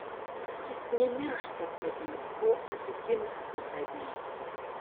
jis nemiršta tavyj o atgimsta tavyj